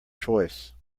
choice